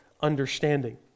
understanding